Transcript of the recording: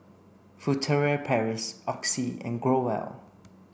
Furtere Paris Oxy and Growell